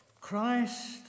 Christ